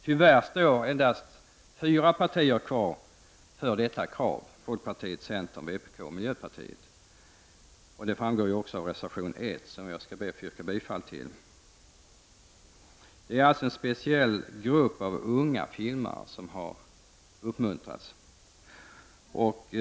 Tyvärr står endast fyra partier för detta krav, nämligen folkpartiet, centern, vpk och miljöpartiet. Detta framgår av reservation 1, som jag ber att få yrka bifall till. Det är alltså en speciell grupp unga filmare som uppmuntras i och med detta.